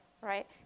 right